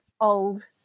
old